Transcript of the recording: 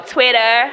Twitter